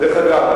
דרך אגב,